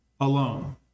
alone